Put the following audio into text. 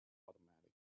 automatic